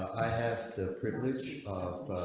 i have the privilege of